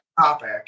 topic